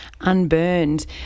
unburned